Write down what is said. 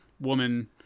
woman